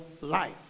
life